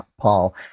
Paul